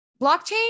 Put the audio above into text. blockchain